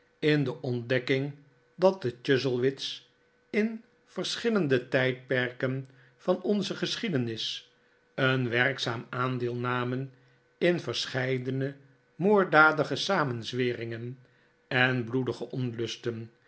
n chuzzlewit dekking dat de chuzzlewit's in verschillende tijdperken vein onze geschiedenis een werkzaam aandeel namen in verscheidene moorddadige samenzweringen en